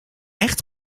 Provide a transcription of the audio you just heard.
echt